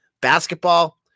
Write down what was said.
basketball